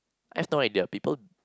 I have no idea people